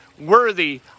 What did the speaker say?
worthy